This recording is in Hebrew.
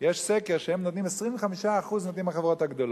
יש סקר ש-25% נותנות החברות הגדולות.